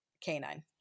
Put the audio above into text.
canine